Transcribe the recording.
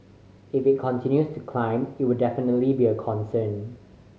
if it continues to climb it will definitely be a concern